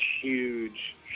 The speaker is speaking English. huge